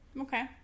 Okay